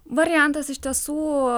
variantas iš tiesų